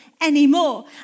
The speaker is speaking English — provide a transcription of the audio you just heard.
anymore